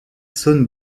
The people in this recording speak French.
saône